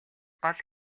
гол